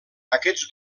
aquests